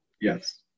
Yes